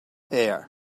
hair